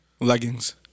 Leggings